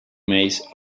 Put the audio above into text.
mays